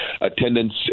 attendance